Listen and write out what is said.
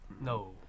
No